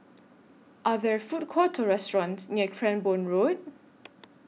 Are There Food Courts Or restaurants near Cranborne Road